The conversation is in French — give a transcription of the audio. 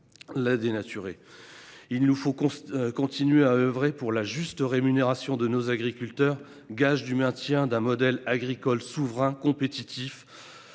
la dénaturer. Nous devons continuer à œuvrer pour la juste rémunération des agriculteurs, gage du maintien d’un modèle agricole souverain et compétitif,